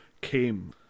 came